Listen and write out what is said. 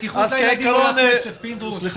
בטיחות הילדים עולה כסף פינדרוס,